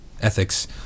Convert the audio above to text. ethics